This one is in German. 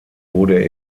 wurde